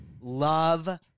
love